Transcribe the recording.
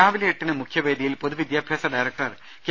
രാവിലെ എട്ടിന് മുഖ്യവേദിയിൽ പൊതുവിദ്യാഭ്യാസ ഡയറക്ടർ കെ